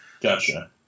Gotcha